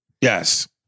yes